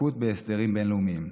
דבקות בהסדרים בין-לאומיים.